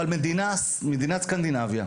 סקנדינביה,